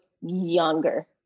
younger